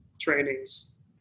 trainings